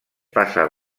passen